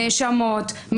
נאשמות,